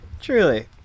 Truly